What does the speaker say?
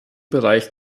bereich